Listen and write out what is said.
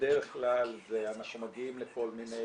בדרך כלל אנחנו מגיעים לכל מיני